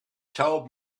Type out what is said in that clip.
told